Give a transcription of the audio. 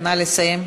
נא לסיים.